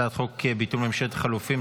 הצעת חוק ביטול ממשלת החילופים,